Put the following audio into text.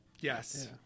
Yes